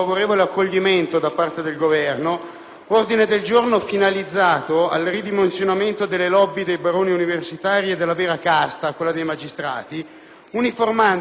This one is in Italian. ordine del giorno è infatti finalizzato al ridimensionamento delle *lobby* dei baroni universitari e della vera casta, quella dei magistrati, uniformandoli alle altre categorie del pubblico impiego.